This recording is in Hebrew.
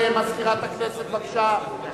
למזכירת הכנסת, בבקשה.